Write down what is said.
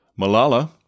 Malala